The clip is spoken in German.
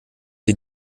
sie